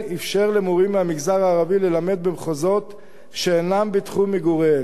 הוא אפשר למורים מהמגזר הערבי ללמד במחוזות שאינם בתחום מגוריהם,